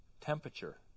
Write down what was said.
temperature